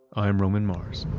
i'm roman mars.